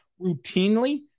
routinely